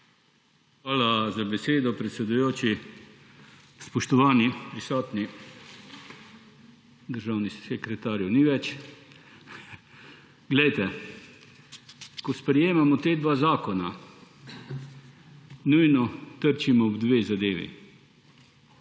Hvala za besedo, predsedujoči. Spoštovani prisotni – državnih sekretarjev ni več. Ko sprejemamo ta dva zakona, nujno trčimo ob dve zadevi.